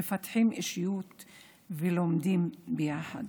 מפתחים אישיות ולומדים ביחד.